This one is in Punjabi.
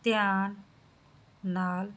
ਤਿਆਰ ਨਾਲ